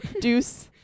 Deuce